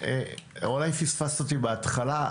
אולי פספסת אותי בהתחלה,